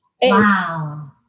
Wow